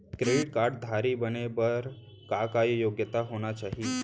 Credit card धारी बने बर का का योग्यता होना चाही?